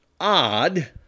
odd